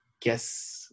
guess